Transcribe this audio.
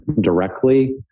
directly